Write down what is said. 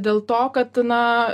dėl to kad na